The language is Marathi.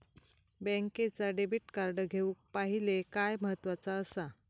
बँकेचा डेबिट कार्ड घेउक पाहिले काय महत्वाचा असा?